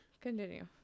Continue